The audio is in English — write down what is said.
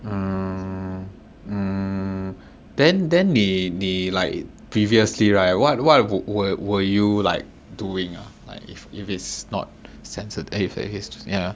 mm mm then then 你你 like previously right what what were were you like doing ah if if it's not sensitive if it's ya